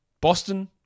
Boston